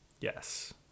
yes